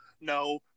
No